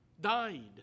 died